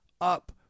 up